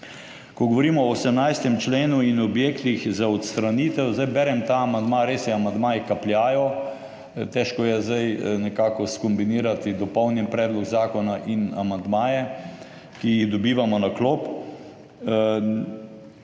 Ko govorimo o 18. členu in objektih za odstranitev. Zdaj berem ta amandma. Res je, amandmaji kapljajo, težko je zdaj nekako skombinirati dopolnjen predlog zakona in amandmaje, ki jih dobivamo na klop,